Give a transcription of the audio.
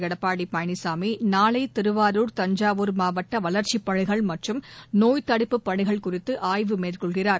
எடப்பாடி பழனிசாமி நாளை திருவாரூர் தஞ்சாவூர் மாவட்ட வளர்ச்சிப் பணிகள் மற்றும் நோய்த் தடுப்புப் பணிகள் குறித்து ஆய்வு மேற்கொள்கிறார்